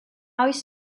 oes